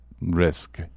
risk